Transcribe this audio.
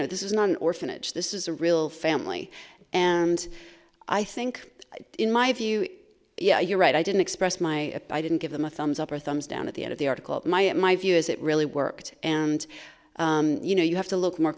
know this is not an orphanage this is a real family and i think in my view yeah you're right i didn't express my i didn't give them a thumbs up or thumbs down at the end of the article my in my view is it really worked and you know you have to look more